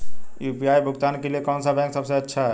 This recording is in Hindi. यू.पी.आई भुगतान के लिए कौन सा बैंक सबसे अच्छा है?